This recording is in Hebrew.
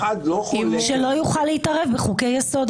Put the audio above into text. שלא יוכל להתערב עכשיו בחוקי-יסוד.